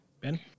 Ben